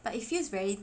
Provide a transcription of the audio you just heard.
but it feels very